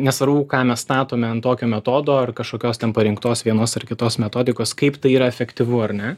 nesvarbu ką mes statome ant tokio metodo ar kažkokios ten parinktos vienos ar kitos metodikos kaip tai yra efektyvu ar ne